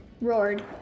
roared